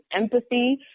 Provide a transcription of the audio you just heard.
empathy